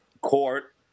court